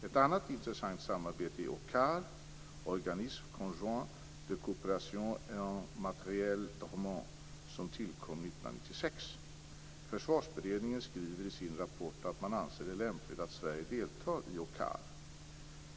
Ett annat intressant samarbete är Matière d Armement) som tillkom 1996. Försvarsberedningen skriver i sin rapport att man anser det lämpligt att Sverige deltar i OCCAR.